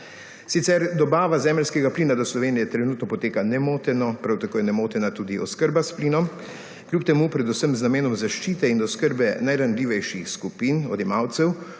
Sicer dobava zemeljskega plina do Slovenije trenutno poteka nemoteno, prav kota je nemotena tudi oskrba s plinom kljub temu predvsem z namenom zaščiti in oskrbe najranljivejših skupin, odjemalcev